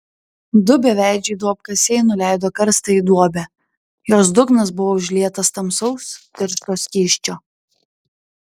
du beveidžiai duobkasiai nuleido karstą į duobę jos dugnas buvo užlietas tamsaus tiršto skysčio